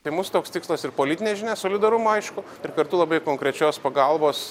tai mūsų toks tikslas ir politinė žinia solidarumo aišku ir kartu labai konkrečios pagalbos